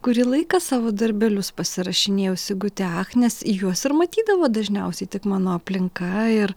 kurį laiką savo darbelius pasirašinėjau sigute ach nes juos ir matydavo dažniausiai tik mano aplinka ir